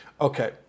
Okay